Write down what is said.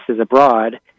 abroad